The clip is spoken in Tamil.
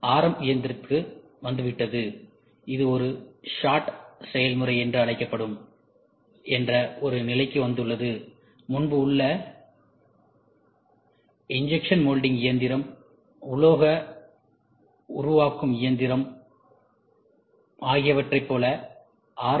எம் இயந்திரத்திற்கு வந்துவிட்டது இது ஒரு ஷாட் செயல்முறை என்று அழைக்கப்படும் என்ற ஒரு நிலைக்கு வந்துள்ளது முன்பு உள்ள இஞ்செக்சன் மோல்டிங் இயந்திரம் உலோக உருவாக்கும் இயந்திரம் ஆகியவற்றைப் போல ஆர்